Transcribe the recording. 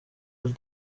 ari